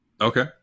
Okay